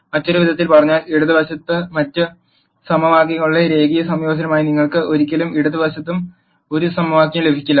മറ്റൊരു വിധത്തിൽ പറഞ്ഞാൽ ഇടത് വശത്ത് മറ്റ് സമവാക്യങ്ങളുടെ രേഖീയ സംയോജനമായി നിങ്ങൾക്ക് ഒരിക്കലും ഇടത് വശത്ത് ഒരു സമവാക്യവും ലഭിക്കില്ല